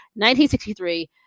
1963